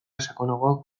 sakonagoak